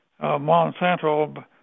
Monsanto